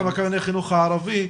הערבי.